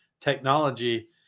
technology